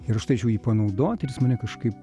ir aš turėčiau jį panaudot ir jis mane kažkaip